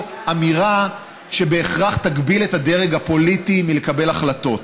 אמירה שבהכרח תגביל את הדרג הפוליטי בלקבל החלטות.